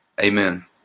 amen